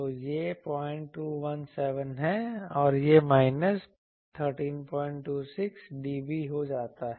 तो यह 0217 है और यह माइनस 1326dB हो जाता है